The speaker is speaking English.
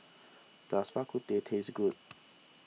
does Bak Kut Teh taste good